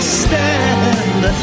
stand